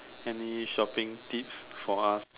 any shopping tips for us